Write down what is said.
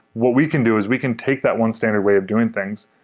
what we can do is we can take that one standard way of doing things,